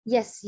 Yes